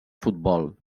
futbol